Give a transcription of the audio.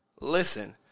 listen